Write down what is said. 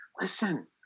listen